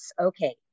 Okay